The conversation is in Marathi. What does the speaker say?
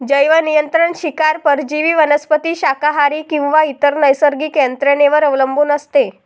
जैवनियंत्रण शिकार परजीवी वनस्पती शाकाहारी किंवा इतर नैसर्गिक यंत्रणेवर अवलंबून असते